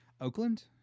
Oakland